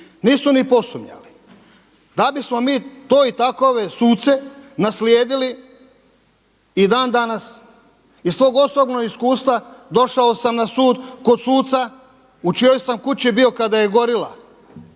nisu ni posumnjali, da bismo mi to i takove suce naslijedili i dan danas. Iz svog osobnog iskustva došao sam na sud kod suca u čijoj sam kući bio kada je gorila,